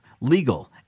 legal